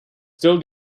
still